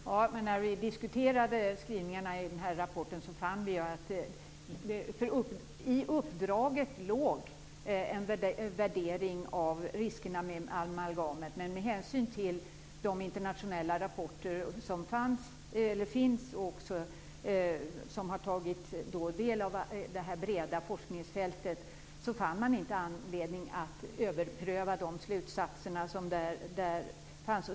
Fru talman! När vi diskuterade skrivningarna i rapporten fann vi att det i uppdraget låg en värdering av riskerna med amalgamet. Men med hänsyn internationella rapporter som grundar sig på detta breda forskningsfält fann man inte anledning att överpröva de slutsatser som där fanns.